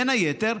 בין היתר,